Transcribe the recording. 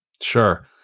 Sure